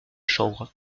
chambre